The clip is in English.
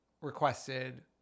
requested